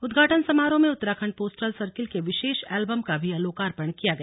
उद्घाटन समारोह में उत्तराखण्ड पोस्टल सर्किल के विशेष एलबम का भी लोकार्पण किया गया